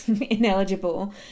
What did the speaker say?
ineligible